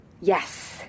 Yes